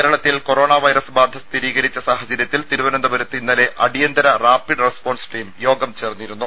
കേരളത്തിൽ corona virus ബാധ സ്ഥിരീകരിച്ച സാഹചര്യത്തിൽ തിരുവനന്തപുരത്ത് ഇന്നലെ അടിയന്തര റാപ്പിഡ് റെസ്പോൺസ് ടീം യോഗം ചേർന്നിരുന്നു